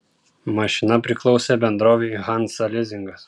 mašina priklausė bendrovei hansa lizingas